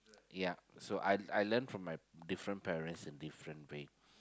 ya so I I learn from my different parents in different way